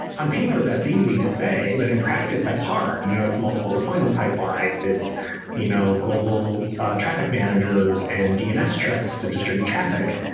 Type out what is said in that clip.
on paper, that's easy to say, but in practice that's hard. you know it's multiple deployment pipelines. it's you know global traffic managers and dns checks to distribute traffic.